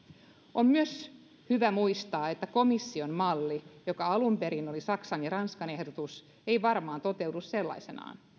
on myös hyvä muistaa että komission malli joka alun perin oli saksan ja ranskan ehdotus ei varmaan toteudu sellaisenaan